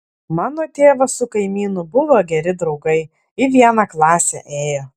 mano tėvas su kaimynu buvo geri draugai į vieną klasę ėjo